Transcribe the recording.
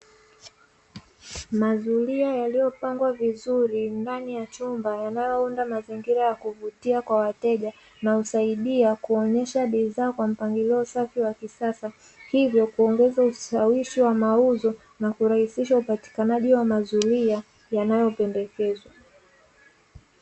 Mazulia yaliyopangwa vizuri ndani ya chumba, yanayounda mazingira ya kuvutia kwa wateja na husaidia kuonesha bidhaa kwa mpangilio safi wa kisasa. Hivyo kuongeza ushawishi wa mauzo na kurahisisha upatikanaji wa mazulia yanayopendekezwa.